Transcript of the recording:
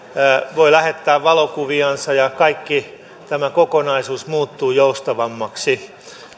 lähettää valokuviansa ja kaikki tämä kokonaisuus muuttuu joustavammaksi